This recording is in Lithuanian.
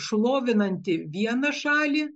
šlovinantį vieną šalį